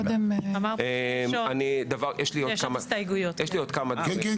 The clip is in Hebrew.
לימור סון הר מלך (עוצמה יהודית): אמרת ש --- יש עוד הסתייגויות.